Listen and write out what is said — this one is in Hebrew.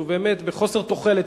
ובאמת בחוסר תוחלת,